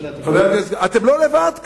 אתם לא לבד כאן.